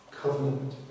covenant